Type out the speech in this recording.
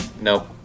nope